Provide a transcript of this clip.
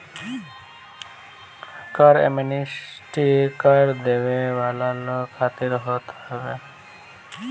कर एमनेस्टी कर देवे वाला लोग खातिर होत हवे